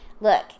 Look